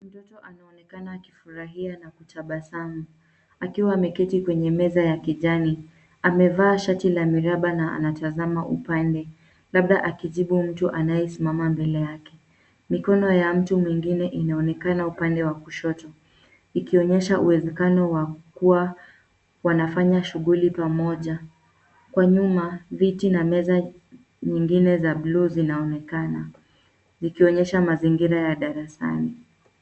Mtoto anaonekana akifurahia na kutabasamu, akiwa ameketi kwenye meza ya kijani. Amevaa shati la miraba na anatazama upande labda akijibu mtu aliyesimama mbele yake. Mikono ya mtu mwingine inaonekana upande wa kushoto, ikionyesha uwezekano ya kuwa wanafanya shughuli pamoja. Kwa nyuma, viti na meza nyingine za buluu zinaonekana, zikionyesha mazingira ya darasani.